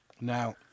Now